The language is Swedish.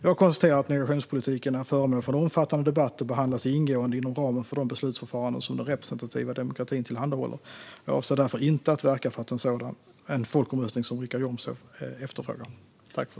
Jag konstaterar att migrationspolitiken är föremål för en omfattande debatt och behandlas ingående inom ramen för de beslutsförfaranden som den representativa demokratin tillhandahåller. Jag avser därför inte att verka för en sådan folkomröstning som Richard Jomshof efterfrågar.